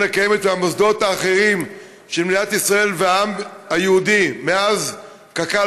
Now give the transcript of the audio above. הקיימת והמוסדות האחרים של מדינת ישראל והעם היהודי מאז קק"ל,